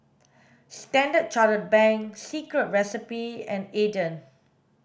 Standard Chartered Bank Secret Recipe and Aden